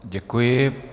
Děkuji.